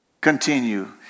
continue